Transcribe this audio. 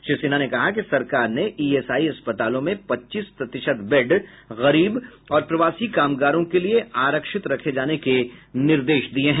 श्री सिन्हा ने कहा कि सरकार ने ईएसआई अस्पतालों में पच्चीस प्रतिशत बेड गरीब और प्रवासी कामगारों के लिए आरक्षित रखे जाने के लिए निर्देश दिया है